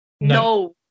No